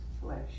flesh